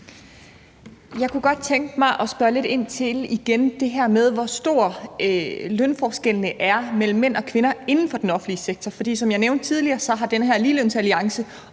Jeg kunne godt tænke mig igen at spørge lidt ind til, hvor store lønforskellene mellem mænd og kvinder er inden for den offentlige sektor. For som jeg nævnte tidligere har den her ligelønsalliance